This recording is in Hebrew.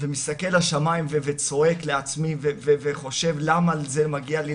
ומסתכל לשמים וצועק לעצמי וחושב 'למה זה מגיע לי?